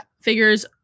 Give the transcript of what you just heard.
figures